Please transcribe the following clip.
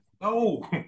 No